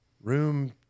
room